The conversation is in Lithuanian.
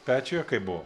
pečiuje kaip buvo